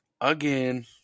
again